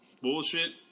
Bullshit